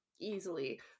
easily